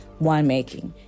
winemaking